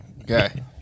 Okay